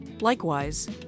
Likewise